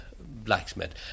blacksmith